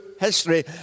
history